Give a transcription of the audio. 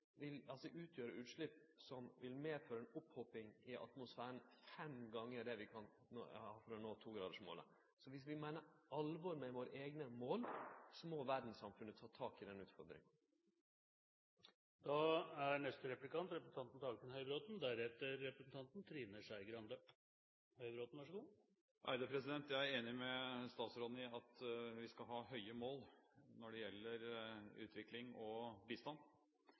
som vil medføre ei opphoping i atmosfæren fem gonger det vi kan ha for å nå togradersmålet. Så dersom vi meiner alvor med våre eigne mål, må verdssamfunnet ta tak i den utfordringa. Jeg er enig med statsråden i at vi skal ha høye mål når det gjelder utvikling og bistand. Det er jo hyggelig at den nåværende regjering har nådd énprosentmålet, som første gang ble nådd da Kristelig Folkeparti hadde bistandsminister Reidun Brusletten på 1980-tallet. Det